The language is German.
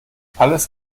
alles